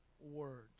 words